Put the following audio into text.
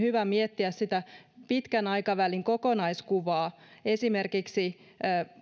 hyvä miettiä pitkän aikavälin kokonaiskuvaa esimerkiksi